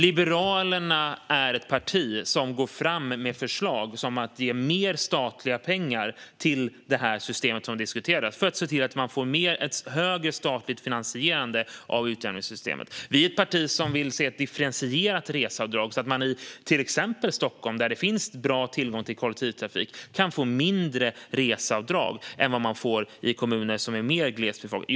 Liberalerna är ett parti som går fram med ett förslag som innebär att ge mer statliga pengar till det system som diskuteras för att få ett högre statligt finansierande av utjämningssystemet. Liberalerna är ett parti som vill se ett differentierat reseavdrag så att man i till exempel Stockholm, där det finns bra tillgång till kollektivtrafik, kan få mindre reseavdrag än i kommuner som är mer glesbefolkade.